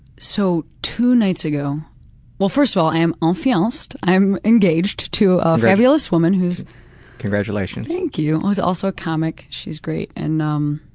so, two nights ago well, first of all, i'm enfianced, i'm engaged to ah a fabulous woman who is congratulations. thank you! she is also a comic, she's great, and um